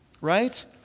Right